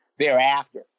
thereafter